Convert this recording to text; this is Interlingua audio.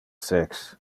sex